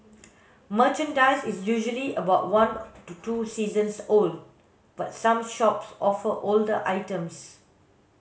merchandise is usually about one to two seasons old but some shops offer older items